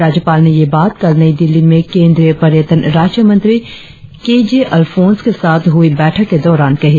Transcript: राज्यपाल ने यह बात कल नई दिल्ली में केंद्रीय पर्यटन राज्य मंत्री के जे अल्फोन्स के साथ हुई बैठक के दौरान कही